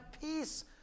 peace